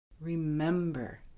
Remember